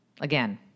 Again